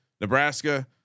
Nebraska